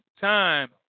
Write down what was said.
time